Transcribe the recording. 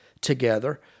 together